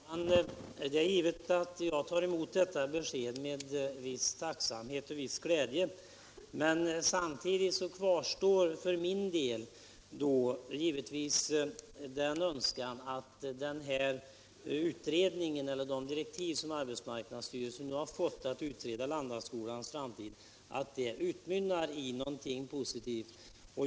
Herr talman! Det är givet att jag tar emot detta besked med viss tacksamhet och viss glädje. Men samtidigt kvarstår för min del givetvis det önskemålet att de direktiv som arbetsmarknadsstyrelsen nu har fått att utreda Landaskolans framtid kommer att utmynna i någonting positivt.